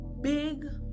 Big